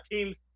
teams